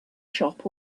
shop